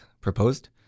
proposed